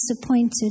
disappointed